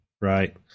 right